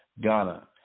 Ghana